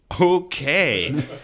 okay